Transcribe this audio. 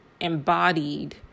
embodied